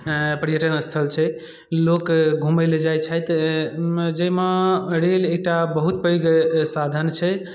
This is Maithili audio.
पर्यटन स्थल छै लोक घुमैलए जाइ छथि जाहिमे रेल एकटा बहुत पैघ साधन छै